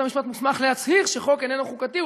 בית-המשפט מוסמך להצהיר שחוק איננו חוקתי,